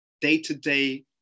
day-to-day